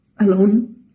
alone